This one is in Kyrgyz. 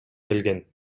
келген